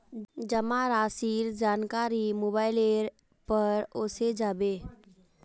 जमा राशिर जानकारी मोबाइलेर पर ओसे जाबे